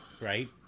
right